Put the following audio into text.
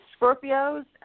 Scorpios